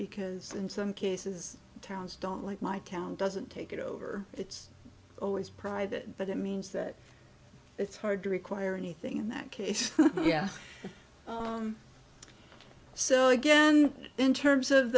because in some cases towns don't like my town doesn't take it over it's always private but it means that it's hard to require anything in that case yes so again in terms of